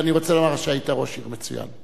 ואני רוצה לומר לך שהיית ראש עיר מצוין.